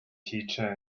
teacher